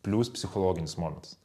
plius psichologinis momentas